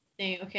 Okay